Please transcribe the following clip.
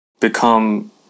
Become